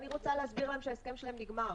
אני רוצה להסביר להם שההסכם שלהם נגמר.